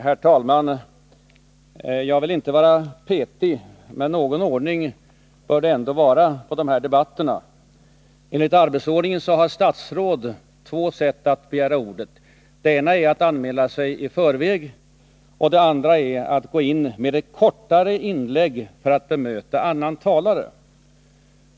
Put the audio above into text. Herr talman! Jag vill inte vara petig, men någon ordning på de här debatterna bör det ändå vara. Enligt arbetsordningen kan statsråd begära ordet på två sätt. Det ena är att anmäla sig i förväg, och det andra är att gå in i debatten med ett kortare inlägg för att bemöta annan talare.